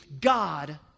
God